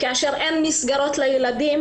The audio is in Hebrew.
כאשר אין מסגרות לילדים.